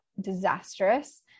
disastrous